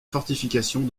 fortifications